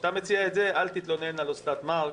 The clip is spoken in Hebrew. כשאתה מציע את זה אל תתלונן על אוסנת מארק.